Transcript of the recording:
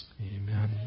Amen